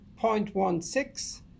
0.16